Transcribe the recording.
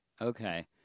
okay